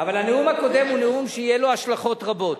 אבל הנאום הקודם זה נאום שיהיו לו השלכות רבות.